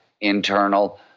Internal